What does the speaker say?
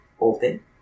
open